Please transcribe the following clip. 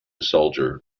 soldier